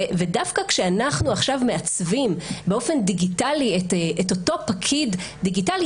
ודווקא כשאנחנו עכשיו מעצבים באופן דיגיטלי את אותו פקיד דיגיטלי,